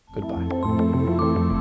goodbye